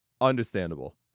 understandable